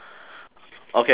okay your turn